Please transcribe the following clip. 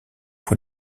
pour